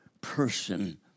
person